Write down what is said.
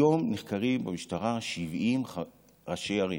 היום נחקרים במשטרה 70 ראשי ערים